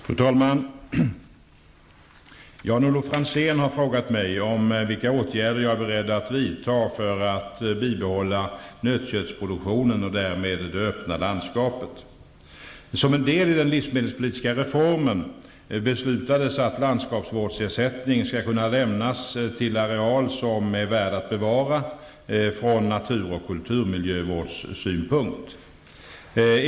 Fru talman! Jan-Olof Franzén har frågat mig vilka åtgärder jag är beredd att vidta för att bibehålla nötköttsproduktionen och därmed det öppna landskapet. Som en del i den livsmedelspolitiska reformen beslutades att landskapsvårdsersättning skall kunna lämnas areal som är värd att bevara från natur och kulturmiljövårdssynpunkt.